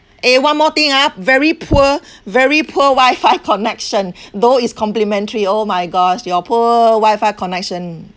eh one more thing ah very poor very poor wi-fi connection though is complimentary oh my gosh your poor wi-fi connection